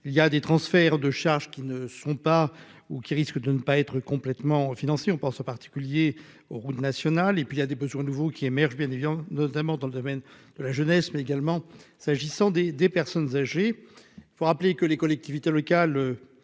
il y a des transferts de charges qui ne sont pas ou qui risquent de ne pas être complètement financiers on pense particulier aux routes nationales et puis il y a des besoins nouveaux qui émergent, bénéficiant notamment dans le domaine de la jeunesse, mais également, s'agissant des des personnes âgées, il faut rappeler que les collectivités locales